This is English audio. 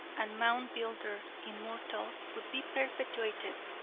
and moundbuilder immortal, would be perpetuated.